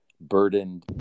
burdened